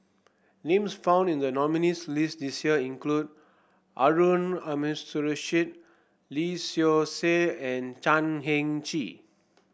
names found in the nominees list this year include Harun Aminurrashid Lee Seow Ser and Chan Heng Chee